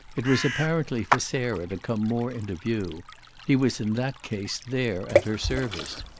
it was apparently for sarah to come more into view he was in that case there at her service.